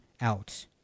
out